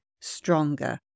stronger